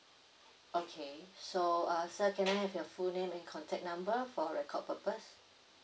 okay so uh sir can I have your full name and contact number for record purpose